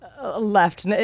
left